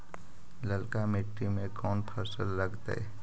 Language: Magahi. ललका मट्टी में कोन फ़सल लगतै?